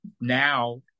now